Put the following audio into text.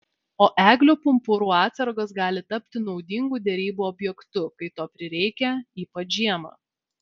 o eglių pumpurų atsargos gali tapti naudingu derybų objektu kai to prireikia ypač žiemą